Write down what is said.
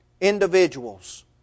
individuals